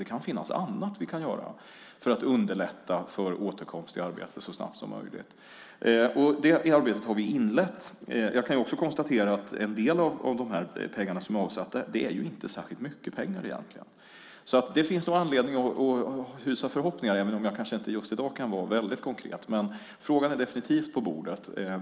Det kan finnas annat vi kan göra för att underlätta för återkomst i arbete så snabbt som möjligt. Det arbetet har vi inlett. Jag kan också konstatera att de pengar som är avsatta egentligen inte är särskilt mycket pengar. Så det finns nog anledning att hysa förhoppningar, även om jag kanske inte just i dag kan vara väldigt konkret. Frågan är definitivt på bordet.